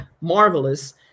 marvelous